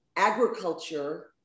Agriculture